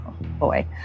boy